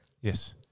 yes